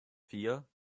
vier